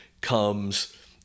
comes